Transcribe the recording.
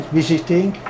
visiting